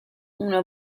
una